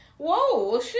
Whoa